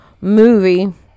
Movie